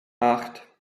acht